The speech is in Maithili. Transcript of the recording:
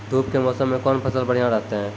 धूप के मौसम मे कौन फसल बढ़िया रहतै हैं?